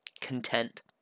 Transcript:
content